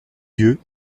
yeux